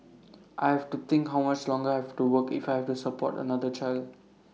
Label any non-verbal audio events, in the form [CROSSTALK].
[NOISE] I have to think how much longer I have to work if I have to support another child